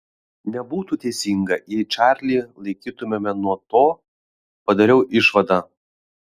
nebūtų teisinga jei čarlį laikytumėme nuo to padariau išvadą